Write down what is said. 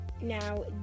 Now